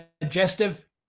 digestive